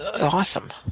awesome